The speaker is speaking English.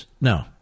No